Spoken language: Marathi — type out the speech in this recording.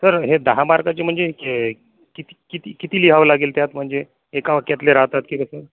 सर हे दहा मार्काचे म्हणजे जे किती किती किती लिहावं लागेल त्यात म्हणजे एका वाक्यातले राहतात की त्याच्यात